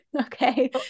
Okay